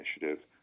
Initiative